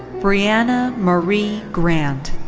briana marie grant.